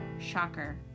shocker